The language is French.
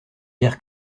guère